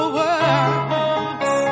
words